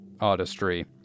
artistry